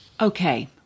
Okay